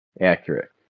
accurate